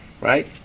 Right